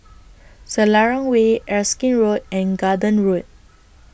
Selarang Way Erskine Road and Garden Road